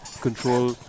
control